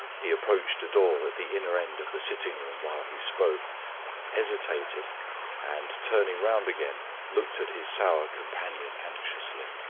he approached a door at the inner end of the sitting-room while he spoke hesitated and, turning round again, looked at his sour companion anxiously.